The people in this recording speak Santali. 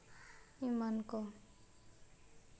ᱮᱢᱟᱱ ᱠᱚ